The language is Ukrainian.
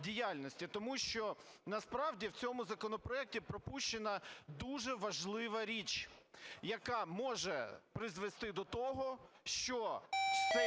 Тому що насправді в цьому законопроекті пропущена дуже важлива річ, яка може призвести до того, що